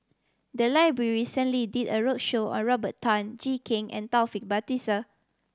the library recently did a roadshow on Robert Tan Jee Keng and Taufik Batisah